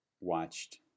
watched